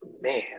man